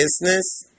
Business